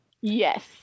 Yes